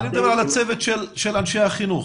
אני מדבר על הצוות של אנשי החינוך.